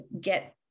get